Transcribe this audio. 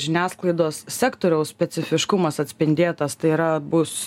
žiniasklaidos sektoriaus specifiškumas atspindėtas tai yra bus